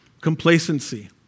complacency